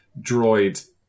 droid